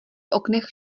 oknech